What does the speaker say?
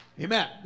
Amen